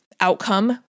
outcome